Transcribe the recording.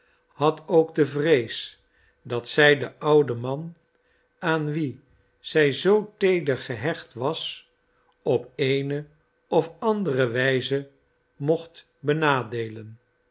had ook de vrees dat zij den ouden man aan wien zij zoo teeder gehecht was op eene of andere wijze mocht benadeelen